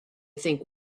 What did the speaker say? think